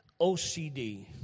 OCD